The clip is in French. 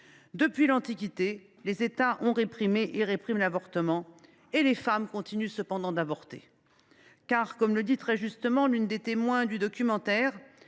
Depuis l’Antiquité, les États répriment l’avortement. Et les femmes continuent cependant d’avorter. Comme le dit très justement l’une des témoins du documentaire,